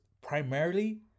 primarily